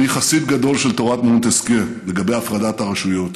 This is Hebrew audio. אני חסיד גדול של תורת מונטסקייה לגבי הפרדת הרשויות.